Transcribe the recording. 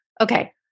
Okay